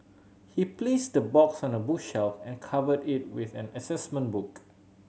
he placed the box on a bookshelf and covered it with an assessment book